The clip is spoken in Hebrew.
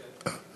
כן.